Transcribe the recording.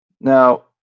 Now